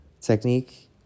technique